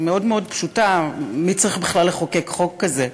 מאוד מאוד פשוטה: מי צריך בכלל לחוקק חוק כזה,